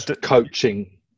Coaching